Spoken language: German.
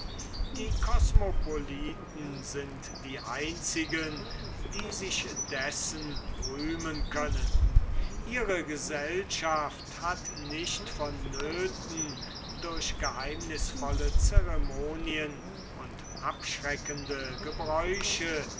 die kosmopoliten sind die einzigen die sich dessen rühmen können ihre gesellschaft hat nicht vonnöten durch geheimnisvolle ceremonien und abschreckende gebräuche